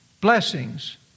Blessings